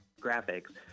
graphics –